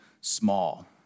small